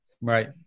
Right